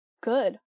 good